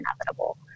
inevitable